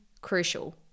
crucial